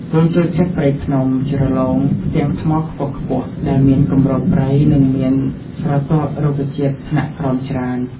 វាចូលចិត្តព្រៃភ្នំ ជ្រលង ផ្ទាំងថ្មខ្ពស់ៗ ដែលមានគម្របព្រៃ និងមានស្រទាប់ រុក្ខជាតិថ្នាក់ក្រោមច្រើន។